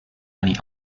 many